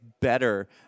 better